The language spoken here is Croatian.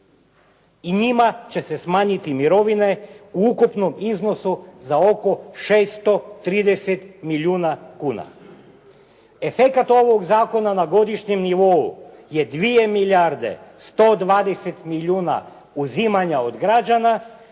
i njima će se smanjiti mirovine u ukupnom iznosu za oko 630 milijuna kuna. Efekat ovog zakona na godišnjem nivou je 2 milijarde 120 milijuna uzimanja od građana